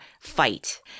fight